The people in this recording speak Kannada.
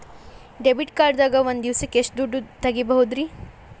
ಡೆಬಿಟ್ ಕಾರ್ಡ್ ದಾಗ ಒಂದ್ ದಿವಸಕ್ಕ ಎಷ್ಟು ದುಡ್ಡ ತೆಗಿಬಹುದ್ರಿ?